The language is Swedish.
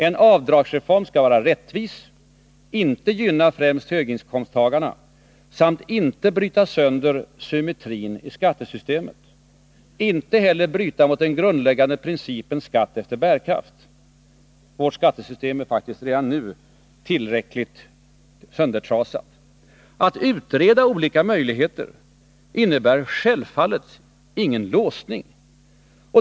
En avdragsreform skall vara rättvis, inte gynna främst höginkomsttagare samt inte bryta sönder symmetrin i skattesystemet. Den skall inte heller bryta mot den grundläggande principen ”skatt efter bärkraft”. Vårt skattesystem är faktiskt redan nu tillräckligt söndertrasat. Att utreda olika möjligheter innebär självfallet ingen låsning.